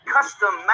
Custom